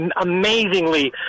amazingly